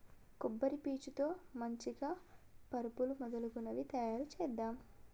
కొబ్బరి పీచు తో మంచిగ పరుపులు మొదలగునవి తాయారు చేద్దాం